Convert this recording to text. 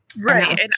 Right